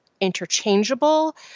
interchangeable